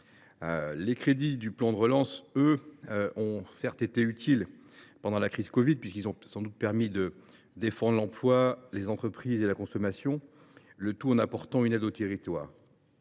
la mission « Plan de relance » ont certes été utiles au cours de la crise du covid 19, puisqu’ils ont sans doute permis de défendre l’emploi, les entreprises et la consommation, le tout en apportant une aide aux territoires.